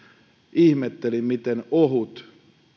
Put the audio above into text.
ihmettelin miten ohut